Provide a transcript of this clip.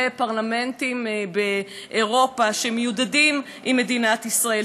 פרלמנטים באירופה שמיודדים עם מדינת ישראל,